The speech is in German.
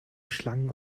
schlangen